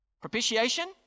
Propitiation